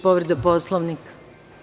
Povreda Poslovnika.